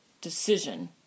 decision